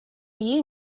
you